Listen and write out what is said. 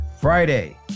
Friday